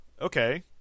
okay